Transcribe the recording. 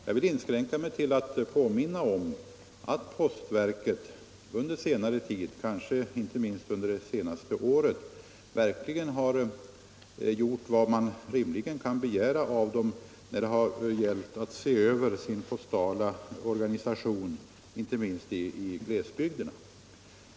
Jag vill inskränka mig till att påminna om att postverket under senare tid — kanske speciellt under det senaste året — verkligen har gjort vad man möjligen kan begära när det gällt att se över sin postala organisation, inte minst i glesbygderna.